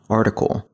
article